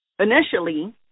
Initially